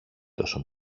τόσο